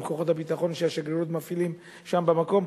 עם כוחות הביטחון שהשגרירות מפעילה שם במקום,